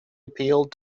appealed